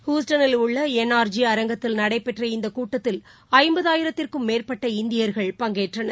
ஹுஸ்டனில் உள்ளஎன்ஆர்ஜி அரங்கத்தில் நடைபெற்ற இந்தகூட்டத்தில் ஐம்பதாயிரத்திற்கும் மேற்பட்ட இந்தியர்கள் பங்கேற்றனர்